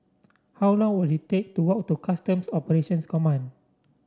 how long will it take to walk to Customs Operations Command